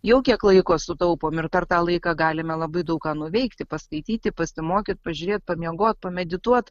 jau kiek laiko sutaupom ir per tą laiką galime labai daug ką nuveikti paskaityti pasimokyt pažiūrėt pamiegot pamedituot